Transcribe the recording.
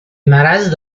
مرض